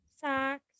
socks